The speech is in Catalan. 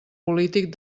polític